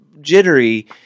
jittery